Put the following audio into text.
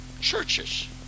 churches